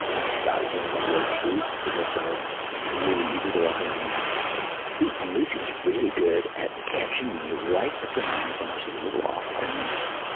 and i was in one of those boots that are so really easy to walk around in, and lucy was really good at catching me right at the moment when i was a little off-balance,